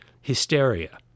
hysteria